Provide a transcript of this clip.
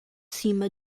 cima